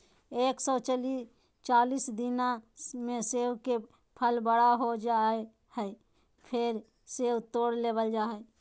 एक सौ चालीस दिना मे सेब के फल बड़ा हो जा हय, फेर सेब तोड़ लेबल जा हय